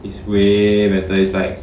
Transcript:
is way better is like